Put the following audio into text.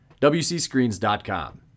WcScreens.com